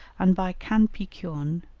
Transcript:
and by kanpiceon,